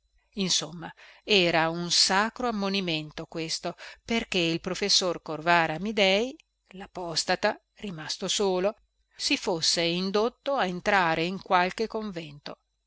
insomma era un sacro ammonimento questo perché il professor corvara amidei lapostata rimasto solo si fosse indotto a entrare in qualche convento